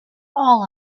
all